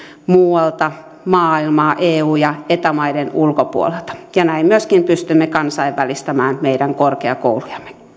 muualta maailmaa eu ja eta maiden ulkopuolelta näin myöskin pystymme kansainvälistämään meidän korkeakoulujamme